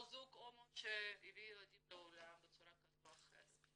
או זוג הומואים שהביא ילדים לעולם בצורה כזאת או אחרת.